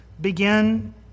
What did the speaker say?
begin